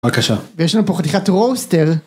בבקשה. ויש לנו פה חתיכת רוסטל.